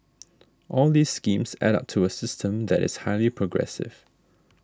all these schemes add up to a system that is highly progressive